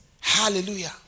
Hallelujah